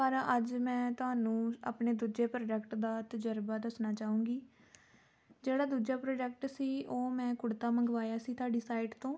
ਪਰ ਅੱਜ ਮੈਂ ਤੁਹਾਨੂੰ ਆਪਣੇ ਦੂਜੇ ਪ੍ਰੋਡੈਕਟ ਦਾ ਤਜਰਬਾ ਦੱਸਣਾ ਚਾਹੂੰਗੀ ਜਿਹੜਾ ਦੂਜਾ ਪ੍ਰੋਡੈਕਟ ਸੀ ਉਹ ਮੈਂ ਕੁੜਤਾ ਮੰਗਵਾਇਆ ਸੀ ਤੁਹਾਡੀ ਸਾਈਟ ਤੋਂ